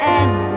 end